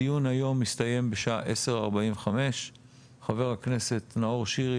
הדיון היום יסתיים בשעה 10:45. חבר הכנסת נאור שירי,